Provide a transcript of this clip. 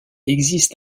existe